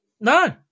No